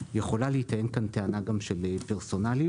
יכולה להיטען כאן גם טענה של פרסונליות,